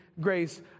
Grace